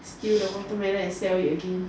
steal the watermelon and sell it again